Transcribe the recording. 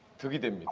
to reach the